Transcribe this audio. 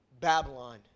Babylon